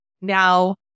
Now